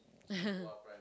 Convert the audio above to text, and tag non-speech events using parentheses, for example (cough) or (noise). (laughs)